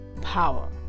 power